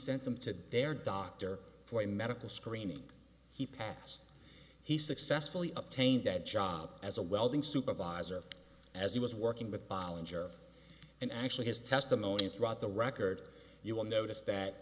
sent him to dare doctor for a medical screening he passed he successfully obtained that job as a welding supervisor as he was working with biology and actually his testimony throughout the record you will notice that